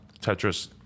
Tetris